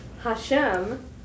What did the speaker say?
Hashem